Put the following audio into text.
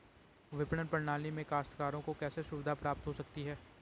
विपणन प्रणाली से काश्तकारों को कैसे सुविधा प्राप्त हो सकती है?